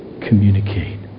communicate